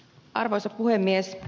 arvoisa puhemies